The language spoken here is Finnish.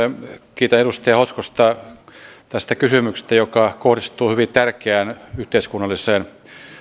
kiitän edustaja hoskosta tästä kysymyksestä joka kohdistuu hyvin tärkeään yhteiskunnalliseen